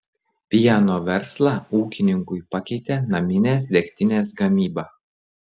pieno verslą ūkininkui pakeitė naminės degtinės gamyba